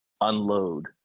unload